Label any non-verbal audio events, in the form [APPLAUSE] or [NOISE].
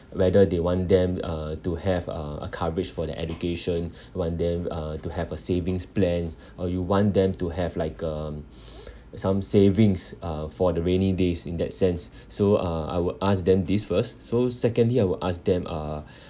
whether they want them uh to have uh a coverage for their education want them uh to have a savings plans or you want them to have like um [BREATH] some savings uh for the rainy days in that sense so uh I would ask them this first so secondly I will ask them uh